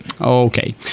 Okay